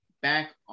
Back